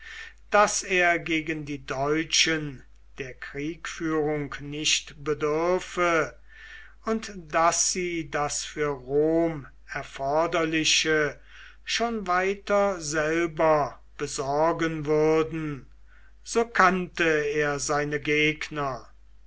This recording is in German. daß es gegen die deutschen der kriegführung nicht bedürfe und daß sie das für rom erforderliche schon weiter selber besorgen würden so kannte er seine gegner